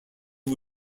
who